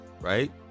right